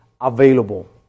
available